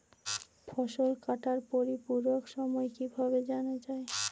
ফসল কাটার পরিপূরক সময় কিভাবে জানা যায়?